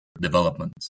development